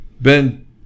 Ben